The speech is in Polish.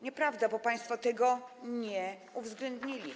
Nieprawda, bo państwo tego nie uwzględnili.